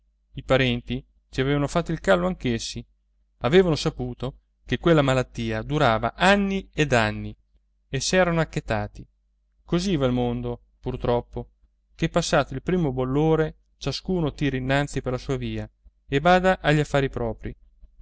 i parenti ci avevano fatto il callo anch'essi avevano saputo che quella malattia durava anni ed anni e s'erano acchetati così va il mondo pur troppo che passato il primo bollore ciascuno tira innanzi per la sua via e bada agli affari propri